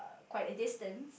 quite a distance